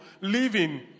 living